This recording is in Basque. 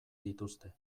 dituzte